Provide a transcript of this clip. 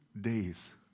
days